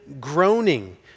groaning